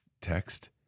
text